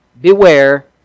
Beware